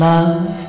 Love